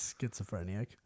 Schizophrenic